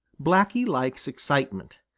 blacky likes excitement.